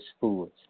foods